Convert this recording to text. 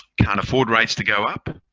can't afford rates to go up,